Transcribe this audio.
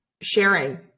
sharing